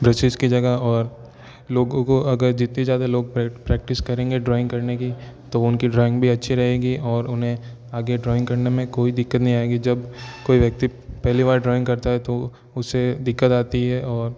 brushes कि जगह और लोगों को अगर जितनी ज़्यादा लोग प्रैक्टिस करेंगे ड्रॉइंग करने की तो उनकी ड्रॉइंग भी अच्छी रहेगी और उन्हें आगे ड्रॉइंग करने में कोई दिक्कत नही आएगी जब कोई व्यक्ति पहली बार ड्रॉइंग करता है तो उसे दिक्कत आती है और